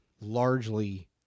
Largely